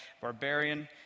barbarian